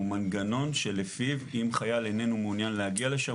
מנגנון שלפיו אם חייל איננו מעוניין להגיע לשם,